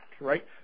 right